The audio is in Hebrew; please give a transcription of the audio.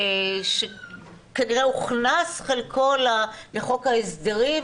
שכנראה הוכנס חלקו לחוק ההסדרים,